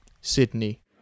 Sydney